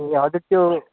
ए हजुर त्यो